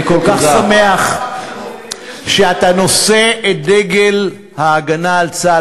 אני כל כך שמח שאתה נושא את דגל ההגנה על צה"ל,